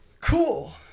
Cool